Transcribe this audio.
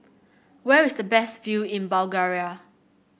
where is the best view in Bulgaria